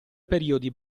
periodi